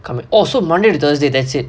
oh so monday to thursday that's it